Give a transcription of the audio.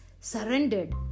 surrendered